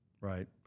right